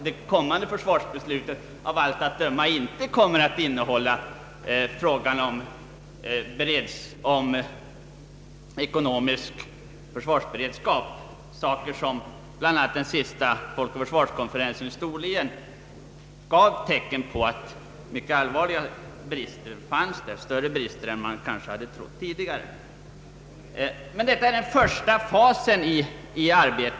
Det kommande försvarsbeslutet kommer av allt att döma inte att omfatta frågan om ekonomisk försvarsberedskap trots att bl.a. den senaste Folk och försvarskonferensen i Storlien tydde på att mycket allvarliga brister finns på detta område, större brister än man kanske hade trott tidigare. Men detta är den första fasen i arbetet.